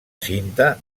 cinta